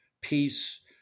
peace